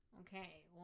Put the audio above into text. Okay